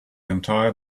entire